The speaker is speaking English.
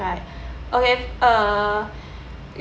right okay uh